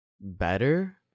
better